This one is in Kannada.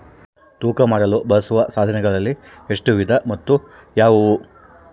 ತೂಕ ಮಾಡಲು ಬಳಸುವ ಸಾಧನಗಳಲ್ಲಿ ಎಷ್ಟು ವಿಧ ಮತ್ತು ಯಾವುವು?